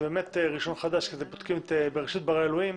זה באמת רישיון חדש כי בודקים את בראשית ברא אלוהים.